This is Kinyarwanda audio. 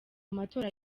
amatora